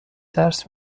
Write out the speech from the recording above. درس